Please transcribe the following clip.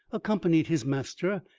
accompanied his master,